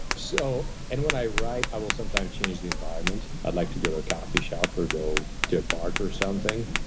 so, and i write, i will sometimes change the environment. i'd like to go to a coffee shop, or go to a park or something.